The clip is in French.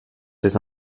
ses